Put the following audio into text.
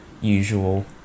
usual